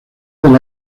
del